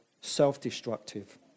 self-destructive